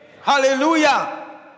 Hallelujah